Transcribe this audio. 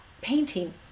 painting